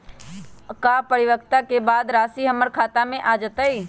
का परिपक्वता के बाद राशि हमर खाता में आ जतई?